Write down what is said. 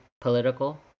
political